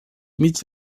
mig